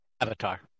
Avatar